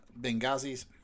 Benghazis